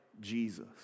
Jesus